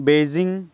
Beijing